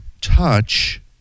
touch